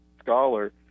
scholar